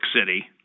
City